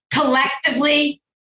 Collectively